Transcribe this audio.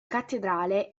cattedrale